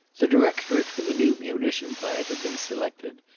the directorate for the new munition plant had been selected,